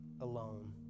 alone